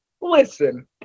Listen